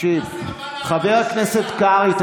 חבר הכנסת קרעי,